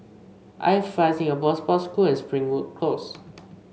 IFly Singapore Sports School and Springwood Close